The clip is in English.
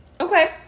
Okay